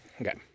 Okay